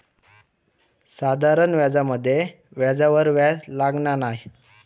साधारण व्याजामध्ये व्याजावर व्याज लागना नाय